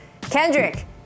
kendrick